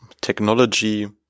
technology